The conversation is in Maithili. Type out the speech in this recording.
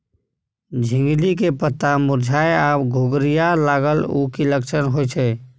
झिंगली के पत्ता मुरझाय आ घुघरीया लागल उ कि लक्षण होय छै?